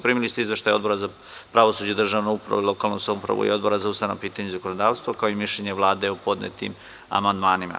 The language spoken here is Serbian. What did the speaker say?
Primili ste izveštaje Odbora za pravosuđe, državnu upravu i lokalnu samoupravui Odbora za ustavna pitanja i zakonodavstvo, kao i mišljenje Vlade o podnetim amandmanima.